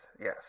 yes